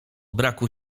braku